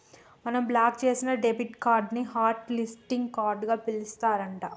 మనం బ్లాక్ చేసిన debit card ని హట్ లిస్టింగ్ కార్డుగా పిలుస్తారు అంట